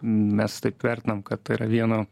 mes taip vertinam kad tai yra vieno